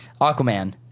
Aquaman